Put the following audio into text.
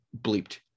bleeped